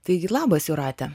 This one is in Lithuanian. taigi labas jūrate